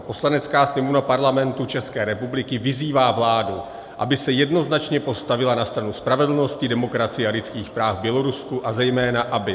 Poslanecká sněmovna Parlamentu České republiky vyzývá vládu, aby se jednoznačně postavila na stranu spravedlnosti, demokracie a lidských práv v Bělorusku a zejména aby